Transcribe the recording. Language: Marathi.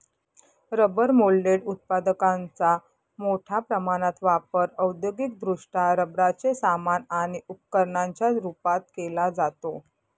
रबर मोल्डेड उत्पादकांचा मोठ्या प्रमाणात वापर औद्योगिकदृष्ट्या रबराचे सामान आणि उपकरणांच्या रूपात केला जातो